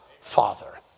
Father